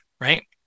Right